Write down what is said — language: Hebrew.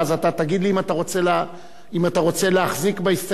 ואז אתה תגיד לי אם אתה רוצה להחזיק בהסתייגות,